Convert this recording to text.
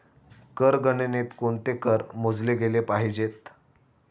कर गणनेत कोणते कर मोजले गेले पाहिजेत?